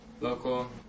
local